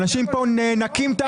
אנשים פה נאנקים תחת עול המיסים.